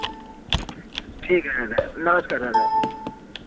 ठीक है दादा नमस्कार दादा